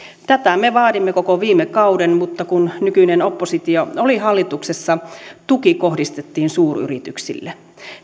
tätä me vaadimme koko viime kauden mutta kun nykyinen oppositio oli hallituksessa tuki kohdistettiin suuryrityksille